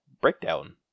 breakdown